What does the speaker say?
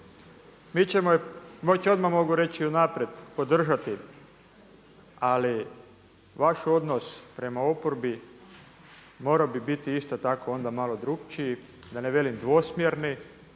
Mi ćemo je već odmah mogu reći unaprijed podržati. Ali vaš odnos prema oporbi morao bi biti isto tako biti drukčiji, da ne velim dvosmjerni